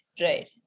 Right